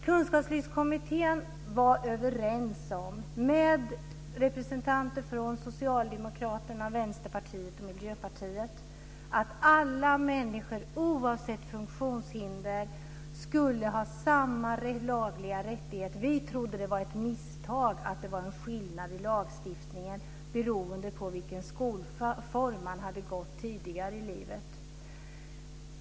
Kunskapslyftskommittén var överens om att alla människor oavsett funktionshinder skulle ha samma lagliga rättigheter. Vi trodde att det var ett misstag att det var en skillnad i lagstiftningen beroende på vilken skolform som man hade gått i tidigare i livet.